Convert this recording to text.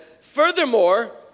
furthermore